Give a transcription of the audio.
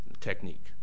technique